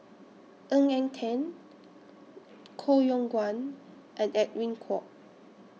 Ng Eng Teng Koh Yong Guan and Edwin Koek